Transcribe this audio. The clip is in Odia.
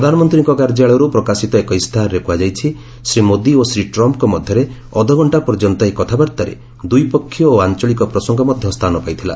ପ୍ରଧାନମନ୍ତ୍ରୀଙ୍କ କାର୍ଯ୍ୟାଳୟରୁ ପ୍ରକାଶିତ ଏକ ଇସ୍ତାହାରରେ କୁହାଯାଇଛି ଶ୍ରୀ ମୋଦୀ ଓ ଶ୍ରୀ ଟ୍ରମ୍ଫ୍ଙ୍କ ମଧ୍ୟରେ ଅଧଘଣ୍ଟା ପର୍ଯ୍ୟନ୍ତ ଏହି କଥାବାର୍ତ୍ତାରେ ଦ୍ୱିପାକ୍ଷିୟ ଓ ଆଞ୍ଚଳିକ ପ୍ରସଙ୍ଗ ମଧ୍ୟ ସ୍ଥାନ ପାଇଥିଲା